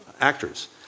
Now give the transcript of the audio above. actors